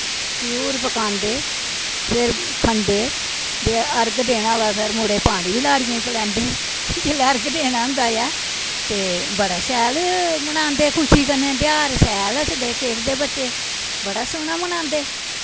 घ्यूर पकांदे फिर खंदे ते अर्ग देना होऐ फिर पानी बी मुड़े लाड़ियें गी पलैदें जिसलै अर्ग देना होंदा ऐ ते बड़ा शैल मनांदे खुशी कन्नै तेहार शैल हसदे खेढदे बच्चे बड़ा सोह्ना मनांदे